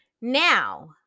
Now